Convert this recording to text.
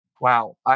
Wow